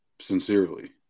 sincerely